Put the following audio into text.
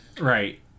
right